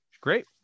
Great